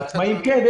העצמאים כן.